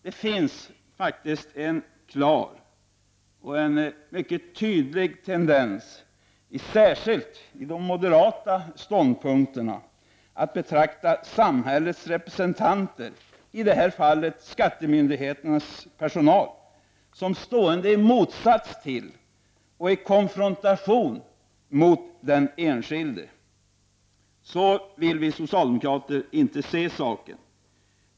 Det finns faktiskt en klar och tydlig tendens, särskilt i de moderata ståndpunkterna, att betrakta samhällets representanter, i det här fallet skattemyndigheternas personal, som stående i motsats till och konfrontation mot den enskilde. Så vill vi socialdemokrater inte se saken.